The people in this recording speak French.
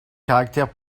caractère